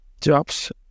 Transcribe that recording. jobs